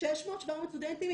600-700 סטודנטים,